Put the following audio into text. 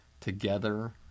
Together